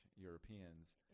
Europeans